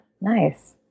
Nice